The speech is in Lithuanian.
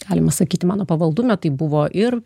galima sakyti mano pavaldume tai buvo ir